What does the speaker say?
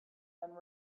and